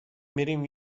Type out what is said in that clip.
میریم